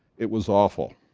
it was awful,